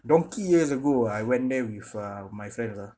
donkey years ago I went there with uh my friends ah